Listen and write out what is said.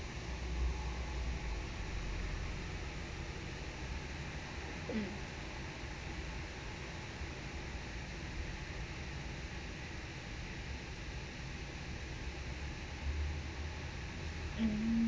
mm